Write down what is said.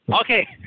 Okay